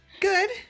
Good